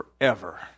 forever